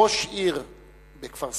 ראש עיר בכפר-סבא,